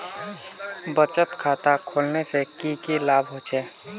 बचत खाता खोलने से की की लाभ होचे?